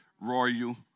royal